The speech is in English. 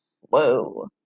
Whoa